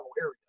area